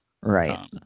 right